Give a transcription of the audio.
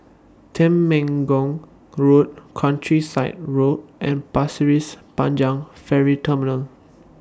Temenggong Road Countryside Road and Pasir Panjang Ferry Terminal